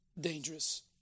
dangerous